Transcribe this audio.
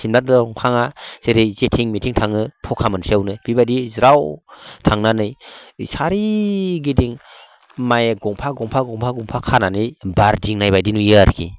सिमला दंफाङा जेरै जेथिं मेथिं थाङो थखा मोनसेयावनो बेबायदि ज्राव थांनानै सोरिगिदिं माइक गंफा गंफा गंफा खानानै बारदिंनाय बायदि नुयो आरोकि